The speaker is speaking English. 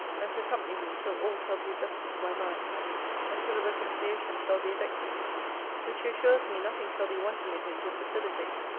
and to accompany me till all shall be adjusted to my mind and till a reconciliation shall be effected which he assures me nothing shall be wanting in him to facilitate,